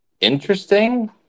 interesting